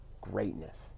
greatness